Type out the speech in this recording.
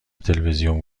تلویزیون